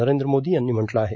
नरेंद्र मोदी यांनी म्हटलं आहे